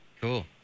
Cool